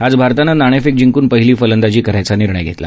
आज भारतानं नाणेफेक जिंकून पहिली फलंदाजी करायचा निर्णय घेतला